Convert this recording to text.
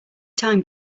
time